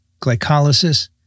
glycolysis